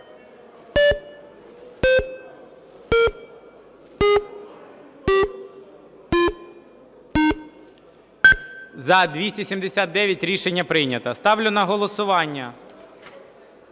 За-279 Рішення прийнято. Ставлю на голосування